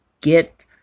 get